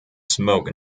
smoke